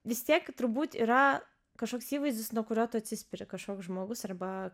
vis tiek turbūt yra kažkoks įvaizdis nuo kurio tu atsispiri kažkoks žmogus arba